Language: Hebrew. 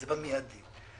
זה מידי.